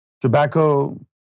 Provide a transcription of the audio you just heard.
tobacco